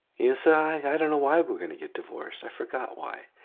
you'll say i don't know why we're gonna get divorced. i forgot why.